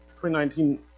2019